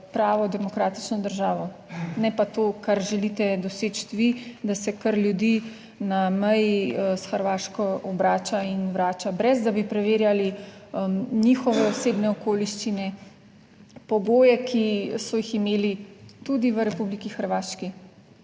pravo demokratično državo; ne pa to, kar želite doseči vi, da se kar ljudi na meji s Hrvaško obrača in vrača brez, da bi preverjali njihove osebne okoliščine, pogoje, ki so jih imeli tudi v Republiki Hrvaški.